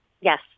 Yes